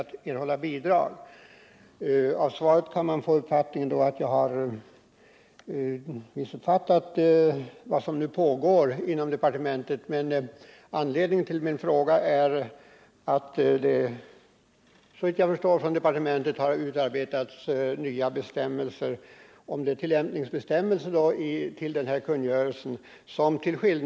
Av svaret skulle man kunna få uppfattningen att jag har missuppfattat vad som nu pågår inom departementet, men anledningen till min fråga är att det faktiskt har utarbetats nya bestämmelser, som till skillnad från dem som nu gäller kommer att innebära väsentliga försämringar för dem som bor i glesbygd.